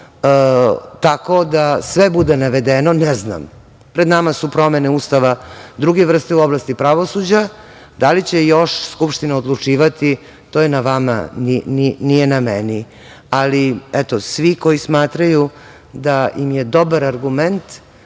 tako da sve bude navedeno? Ne znam. Pred nama su promene Ustava druge vrste u oblasti pravosuđa. Da li će još Skupština odlučivati? To je na vama, nije na meni. Ali, eto, svi koji smatraju da im je dobar argument,